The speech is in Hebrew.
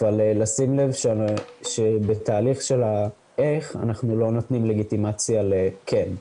אבל לשים לב שבתהליך של האיך אנחנו לא נותנים לגיטימציה לכן.